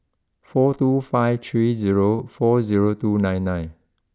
four two five three zero four zero two nine nine